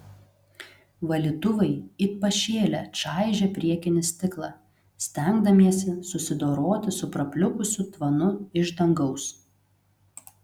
valytuvai it pašėlę čaižė priekinį stiklą stengdamiesi susidoroti su prapliupusiu tvanu iš dangaus